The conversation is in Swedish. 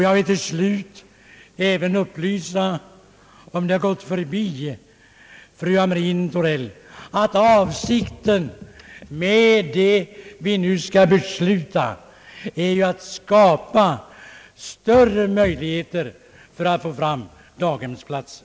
Jag vill till slut även upplysa, om det har gått förbi fru Hamrin-Thorell, att avsikten med det vi nu skall besluta är att skapa större möjligheter för att få fram daghemsplatser.